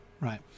Right